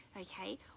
Okay